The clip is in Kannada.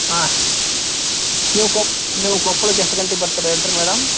ಹಾಂ ನೀವು ಕೊಪ್ಳ್ ನೀವು ಕೊಪ್ಳಕ್ಕೆ ಎಷ್ಟು ಗಂಟೆಗ ಬರ್ತೀರ ಹೇಳಿರಿ ಮೇಡಮ್